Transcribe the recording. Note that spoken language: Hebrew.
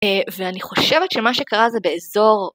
ואני חושבת שמה שקרה זה באזור...